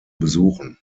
besuchen